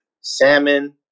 salmon